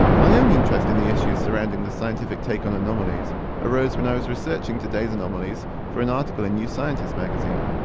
my own interest in the issues surrounding the scientific take on anomalies arose when i was researching today's anomalies for an article in new scientist magazine.